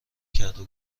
کردو